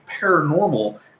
paranormal